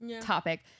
topic